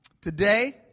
Today